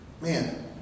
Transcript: Man